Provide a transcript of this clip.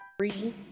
Three